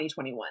2021